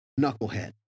knucklehead